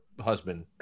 husband